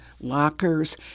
lockers